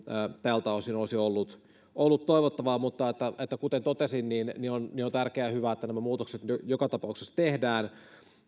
tältä osin osin olisi ollut toivottavaa mutta kuten jo totesin niin niin on tärkeää ja hyvä että nämä muutokset joka tapauksessa tehdään